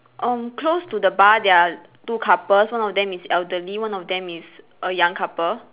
uh close to the bar there are two couples one of them is elderly one of them is a young couple